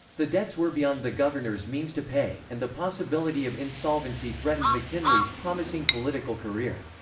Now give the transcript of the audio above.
the debts were beyond the governor's means to pay, and the possibility of insolvency threatened mckinley's promising political career.